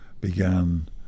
began